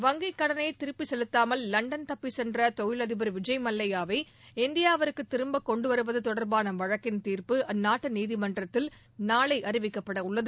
வங்கிக் கடனை திரும்பச் செலுத்தாமல் லண்டன் தப்பிச் சென்ற தொழிலதிபா் விஜய் மல்லையாவை இந்தியாவிற்கு திரும்பக் கொண்டுவருவது தொடர்பான வழக்கின் தீர்ப்பு அந்நாட்டு நீதிமன்றத்தில் நாளை அறிவிக்கப்படவுள்ளது